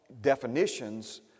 Definitions